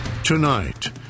Tonight